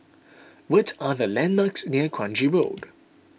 what are the landmarks near Kranji Road